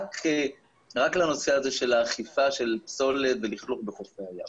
רק לנושא הזה של אכיפה של פסולת ולכלוך בחופי הים